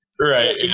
Right